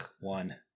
one